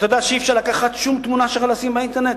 אתה יודע שאי-אפשר לקחת שום תמונה שלך ולשים אותה באינטרנט,